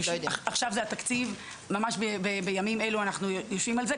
עכשיו התקציב, ממש בימים אלו אנחנו יושבים על זה.